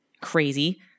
crazy